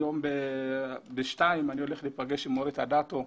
היום בשעה 2:00 אני נפגש עם אורית אדטו,